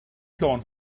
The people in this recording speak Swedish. plan